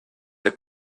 der